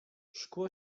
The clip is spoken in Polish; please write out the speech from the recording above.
szkło